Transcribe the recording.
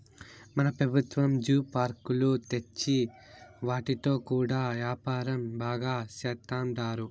మన పెబుత్వాలు జూ పార్కులు తెచ్చి వాటితో కూడా యాపారం బాగా సేత్తండారు